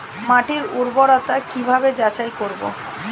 মাটির উর্বরতা কি ভাবে যাচাই করব?